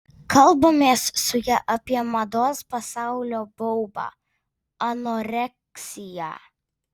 kalbamės su ja apie mados pasaulio baubą anoreksiją